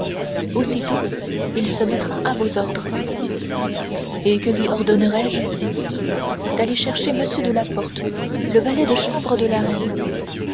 aussitôt il se mettra à vos ordres et que lui ordonnerai je d'aller chercher m de la porte le valet de chambre de la reine